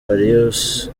farious